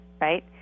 right